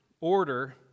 order